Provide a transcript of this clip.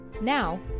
Now